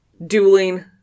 dueling